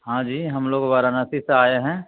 ہاں جی ہم لوگ وارانسی سے آئے ہیں